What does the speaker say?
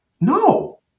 No